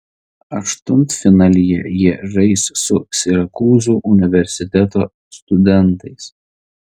aštuntfinalyje jie žais su sirakūzų universiteto studentais